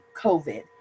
covid